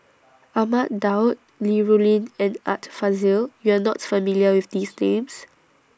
Ahmad Daud Li Rulin and Art Fazil YOU Are not familiar with These Names